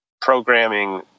programming